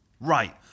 Right